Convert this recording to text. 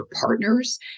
partners